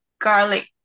garlic